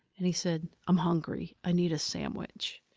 and he said, i'm hungry. i need a sandwich.